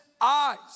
eyes